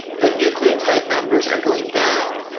the nucleotide numbers are going down,